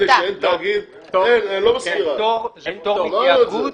שאלה שאין תאגיד --- זה פטור מתיאגוד,